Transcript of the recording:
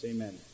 Amen